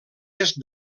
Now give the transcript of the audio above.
est